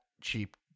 cheap